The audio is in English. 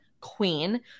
queen